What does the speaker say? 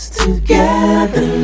together